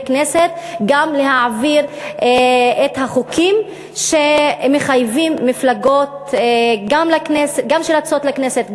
כנסת גם להעביר את החוקים שמחייבים מפלגות שרצות גם לכנסת,